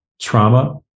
trauma